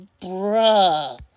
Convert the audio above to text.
Bruh